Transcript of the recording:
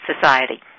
society